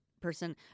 person